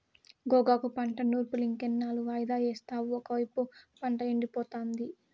గోగాకు పంట నూర్పులింకెన్నాళ్ళు వాయిదా యేస్తావు ఒకైపు పంట ఎండిపోతాంది